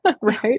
right